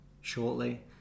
shortly